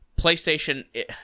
PlayStation